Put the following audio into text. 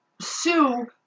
sue